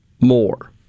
more